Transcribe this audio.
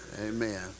Amen